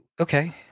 Okay